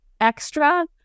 extra